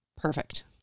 perfect